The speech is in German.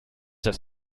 das